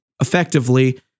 effectively